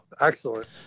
Excellent